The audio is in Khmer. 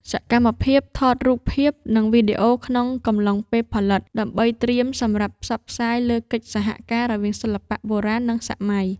សកម្មភាពថតរូបភាព និងវីដេអូក្នុងកំឡុងពេលផលិត ដើម្បីត្រៀមសម្រាប់ផ្សព្វផ្សាយពីកិច្ចសហការរវាងសិល្បៈបុរាណ និងសម័យ។